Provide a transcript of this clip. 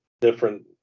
different